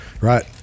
Right